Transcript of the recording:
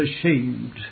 ashamed